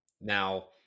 Now